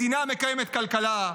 מדינה מקיימת כלכלה,